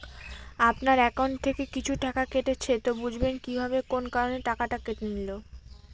আপনার একাউন্ট থেকে কিছু টাকা কেটেছে তো বুঝবেন কিভাবে কোন কারণে টাকাটা কেটে নিল?